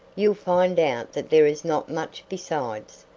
you'll find out that there is not much besides.